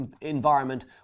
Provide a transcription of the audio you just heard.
environment